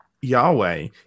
Yahweh